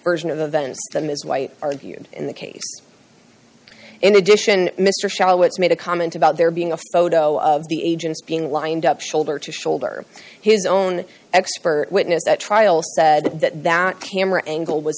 version of events the ms white argued in the case in addition mr shallots made a comment about there being a photo of the agents being lined up shoulder to shoulder his own expert witness at trial said that that camera angle w